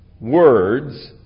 words